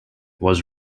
was